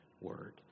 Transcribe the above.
word